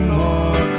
more